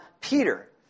Peter